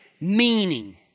meaning